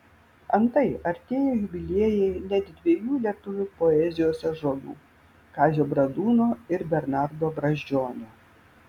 antai artėja jubiliejai net dviejų lietuvių poezijos ąžuolų kazio bradūno ir bernardo brazdžionio